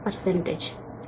06